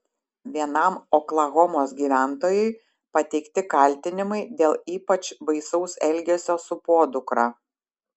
vienam oklahomos gyventojui pateikti kaltinimai dėl ypač baisaus elgesio su podukra